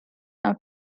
and